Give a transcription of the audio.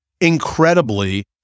Incredibly